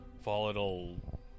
volatile